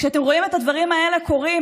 כשאתם רואים את הדברים האלה קורים,